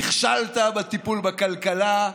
נכשלת בטיפול בכלכלה,